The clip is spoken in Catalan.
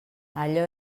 allò